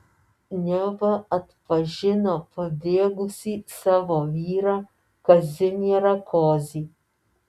neva atpažino pabėgusį savo vyrą kazimierą kozį